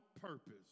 purpose